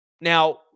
Now